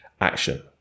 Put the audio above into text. action